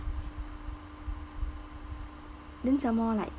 then some more like